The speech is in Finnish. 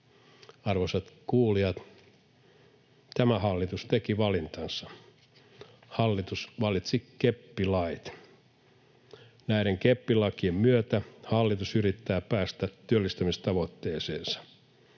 Arvoisat kuulijat, tämä hallitus teki valintansa: hallitus valitsi keppilait. Näiden keppilakien myötä hallitus yrittää päästä työllistämistavoitteeseensa.